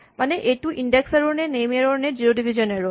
মানে এইটো ইনডেক্স এৰ'ৰ নে নেম এৰ'ৰ নে জিৰ' ডিভিজন এৰ'ৰ